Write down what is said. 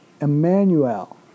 Emmanuel